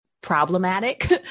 problematic